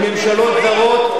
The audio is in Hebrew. מממשלות זרות,